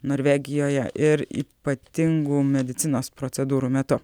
norvegijoje ir ypatingų medicinos procedūrų metu